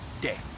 day